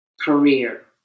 career